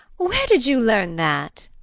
where did you learn that?